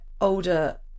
older